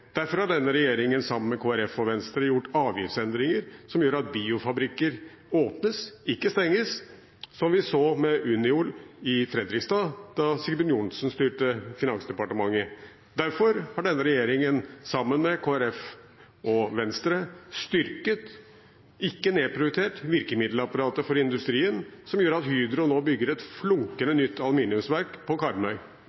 Derfor har denne regjeringen sammen med Kristelig Folkeparti og Venstre gjort avgiftsendringer som gjør at biofabrikker åpnes, ikke stenges, som vi så med Uniol i Fredrikstad da Sigbjørn Johnsen styrte Finansdepartementet. Derfor har denne regjeringen sammen med Kristelig Folkeparti og Venstre styrket, ikke nedprioritert, virkemiddelapparatet for industrien, som gjør at Hydro nå bygger et flunkende